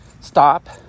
stop